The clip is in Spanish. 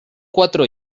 cuatro